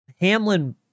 Hamlin